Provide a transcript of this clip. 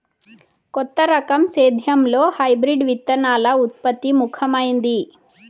కొత్త రకం సేద్యంలో హైబ్రిడ్ విత్తనాల ఉత్పత్తి ముఖమైంది